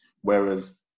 whereas